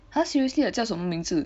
!huh! seriously ah 叫什么名字